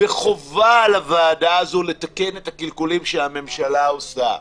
וחובה על הוועדה הזו לתקן את הקלקולים שהממשלה עושה.